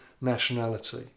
nationality